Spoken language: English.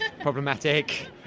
problematic